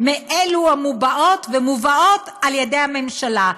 מאלו המובעות ומובאות על-ידי הממשלה.